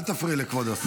אל תפריעי לכבוד השר.